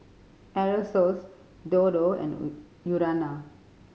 Aerosoles Dodo and Urana